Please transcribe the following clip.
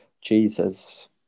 Jesus